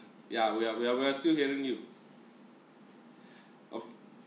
yeah we're we're we're still hearing you ok~